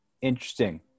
interesting